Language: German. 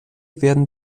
werden